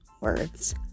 words